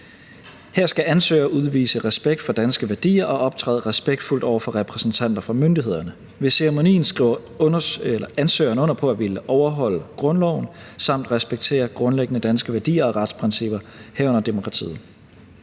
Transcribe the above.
Her skal ansøgere udvise respekt for danske værdier og optræde respektfuldt over for repræsentanter fra myndighederne. Ved ceremonien skriver ansøgeren under på at ville overholde grundloven samt respektere grundlæggende danske værdier og retsprincipper, herunder demokratiet.